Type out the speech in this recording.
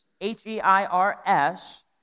H-E-I-R-S